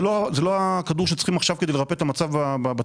זה לא הכדור שצריכים עכשיו כדי לרפא את המצב בציבור.